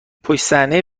پشتصحنهی